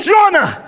Jonah